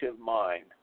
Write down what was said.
mind